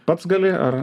pats gali ar